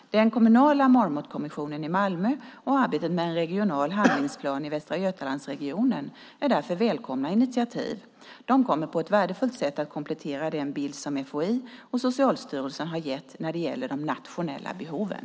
Den kommunala Marmotkommissionen i Malmö och arbetet med en regional handlingsplan i Västra Götalandsregionen är därför välkomna initiativ. De kommer på ett värdefullt sätt att komplettera den bild som FHI och Socialstyrelsen har gett när det gäller de nationella behoven.